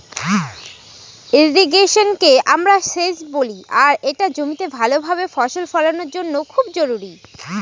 ইর্রিগেশনকে আমরা সেচ বলি আর এটা জমিতে ভাল ভাবে ফসল ফলানোর জন্য খুব জরুরি